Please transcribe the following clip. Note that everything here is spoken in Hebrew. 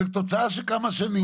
זאת תוצאה של כמה שנים.